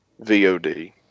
VOD